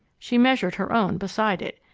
she measured her own beside it.